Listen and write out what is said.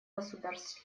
государств